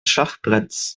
schachbretts